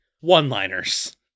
One-liners